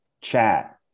chat